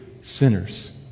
sinners